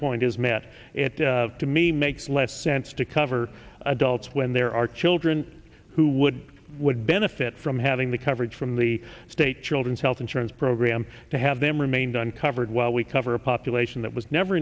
point is met it to me makes less sense to cover adults when there are children who would would benefit from having the coverage from the state children's health insurance program to have them remain done covered while we cover a population that was never